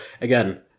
again